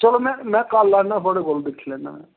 चलो में में कल आन्ना थुआढ़े कोल दिक्खी लैन्ना में